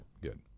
Good